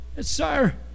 Sir